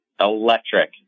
Electric